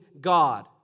God